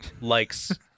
likes